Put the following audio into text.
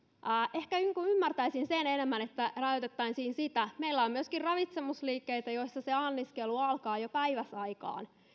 ehkä ymmärtäisin enemmän että rajoitettaisiin sitä meillä on myöskin ravitsemusliikkeitä joissa se anniskelu alkaa jo päiväsaikaan